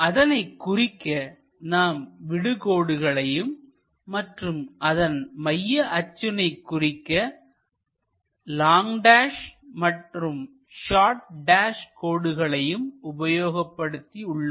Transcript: அதனைக் குறிக்க நாம் விடு கோடுகளையும் மற்றும் அதன் மைய அச்சினை குறிக்க லாங் டேஸ் மற்றும் ஷாட் டேஸ் கோடுகளையும் உபயோகித்து உள்ளோம்